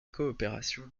coopérations